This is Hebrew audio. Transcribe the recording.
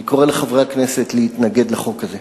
אני קורא לחברי הכנסת להתנגד לחוק הזה.